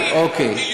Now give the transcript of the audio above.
שהיה אידיוט אחד שם,